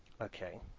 Okay